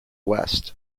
west